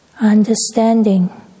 understanding